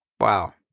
Wow